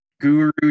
Guru